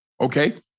Okay